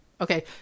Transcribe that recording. Okay